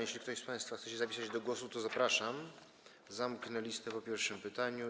Jeśli ktoś z państwa chce się zapisać do głosu, to zapraszam, zamknę listę po pierwszym pytaniu.